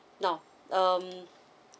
now um